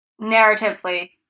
narratively